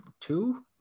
two